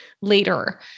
later